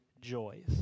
joys